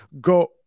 go –